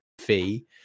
fee